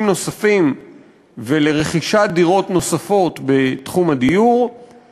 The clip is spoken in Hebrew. נוספים בתחום הדיור ולרכישת דירות נוספות תימשך,